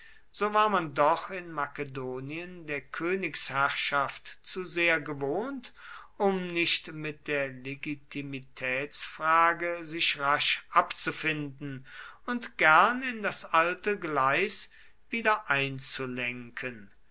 so war man doch in makedonien der königsherrschaft zu sehr gewohnt um nicht mit der legitimitätsfrage sich rasch abzufinden und gern in das alte gleis